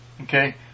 Okay